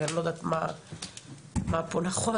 כי אני לא יודעת מה פה נכון,